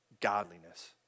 Godliness